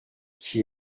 qui